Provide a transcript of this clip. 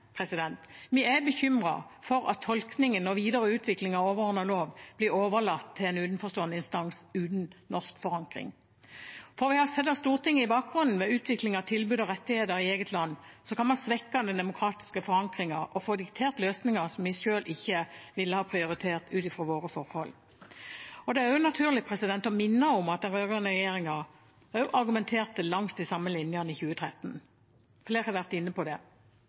Vi er bekymret for at tolkningen og videre utvikling av overordnet lov blir overlatt til en utenforstående instans uten norsk forankring. Ved å sette Stortinget i bakgrunnen ved utvikling av tilbud og rettigheter i eget land kan man svekke den demokratiske forankringen og få diktert løsninger vi selv ikke ville ha prioritert ut fra våre forhold. Det er også naturlig å minne om at den rød-grønne regjeringen argumenterte langs de samme linjene i 2013. Flere har vært inne på det.